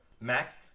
Max